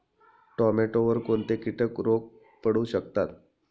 टोमॅटोवर कोणते किटक रोग पडू शकतात?